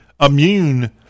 immune